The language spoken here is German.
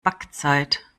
backzeit